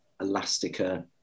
Elastica